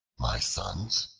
my sons,